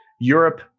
Europe